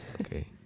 Okay